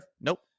Nope